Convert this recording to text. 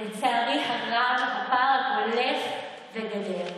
לצערי הרב הפער הולך וגדל.